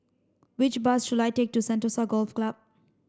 which bus should I take to Sentosa Golf Club